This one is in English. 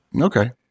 Okay